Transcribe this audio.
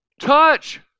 Touch